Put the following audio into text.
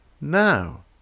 Now